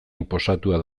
inposatuta